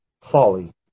folly